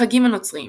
החגים הנוצריים